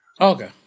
Okay